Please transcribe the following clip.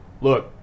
Look